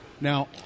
Now